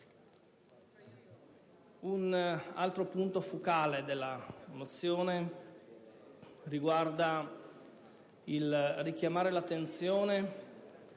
Un altro punto focale della mozione riguarda il richiamare l'attenzione